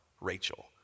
Rachel